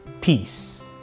peace